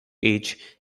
age